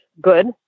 good